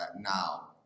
now